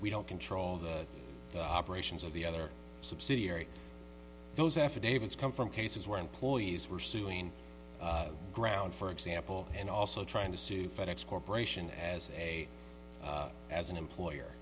we don't control the operations of the other subsidiary those affidavits come from cases where employees were suing ground for example and also trying to sue fed ex corporation as a as an employer